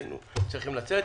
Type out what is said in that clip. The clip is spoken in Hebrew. והיינו צריכים לצאת.